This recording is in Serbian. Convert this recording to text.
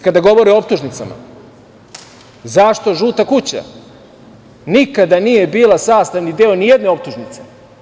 Kada govore o optužnicama, zašto „žuta kuća“ nikada nije bila sastavni deo ni jedne optužnice?